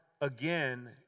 again